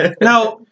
Now